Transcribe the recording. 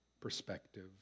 perspective